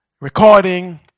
recording